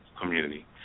community